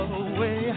away